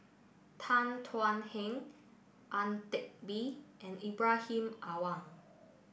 Tan Thuan Heng Ang Teck Bee and Ibrahim Awang